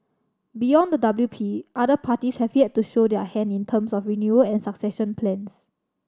beyond the W P other parties have yet to show their hand in terms of renewal and succession plans